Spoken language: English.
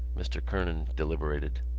mr. kernan deliberated.